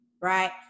right